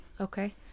Okay